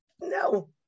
No